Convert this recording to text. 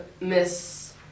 Miss